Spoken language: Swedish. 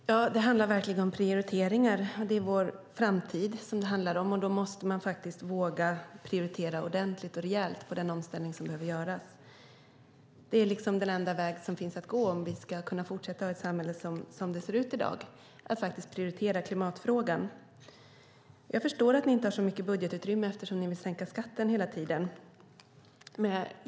Herr talman! Det handlar verkligen om prioriteringar. Det är vår framtid det handlar om. Då måste man faktiskt våga prioritera den omställning som behöver göras rejält. Det är den enda väg som finns att gå om vi ska kunna fortsätta att ha ett samhälle som ser ut som i dag. Då måste vi prioritera klimatfrågan. Jag förstår att ni inte har så mycket budgetutrymme eftersom ni vill sänka skatten hela tiden.